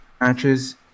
matches